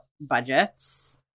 budgets